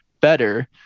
better